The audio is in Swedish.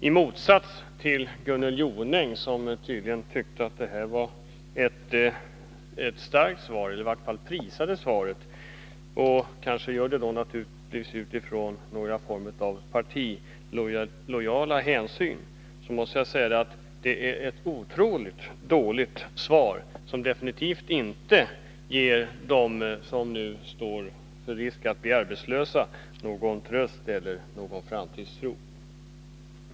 I motsats till Gunnel Jonäng, som — kanske av partilojalitet— prisade svaret, tycker jag att det är ett oerhört dåligt svar, som definitivt inte ger dem som nu står inför risken att bli arbetslösa någon tröst eller framtidstro.